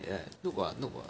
ya noob ah noob ah